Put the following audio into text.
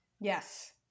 Yes